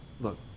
Look